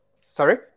Sorry